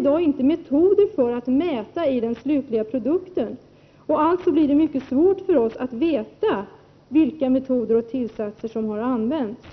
dag inte har metoder för att mäta vilka hormontillsatser som finns i den slutliga produkten. Detsamma gäller bestrålning. Alltså blir det mycket svårt för oss att veta vilka metoder och tillsatser som har använts.